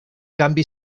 canvi